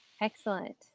Excellent